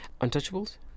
Untouchables